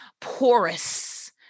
porous